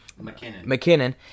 McKinnon